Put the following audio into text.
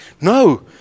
No